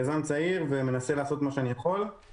יזם צעיר, מנסה לעשות מה שאני יכול.